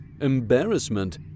embarrassment